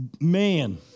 man